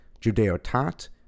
Judeo-Tat